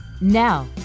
Now